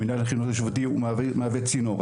מינהל החינוך ההתיישבותי מהווה צינור,